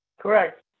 Correct